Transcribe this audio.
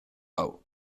hau